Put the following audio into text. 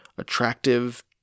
attractive